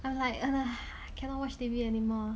I like I like I cannot watch T_V anymore